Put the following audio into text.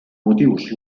motius